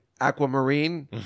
Aquamarine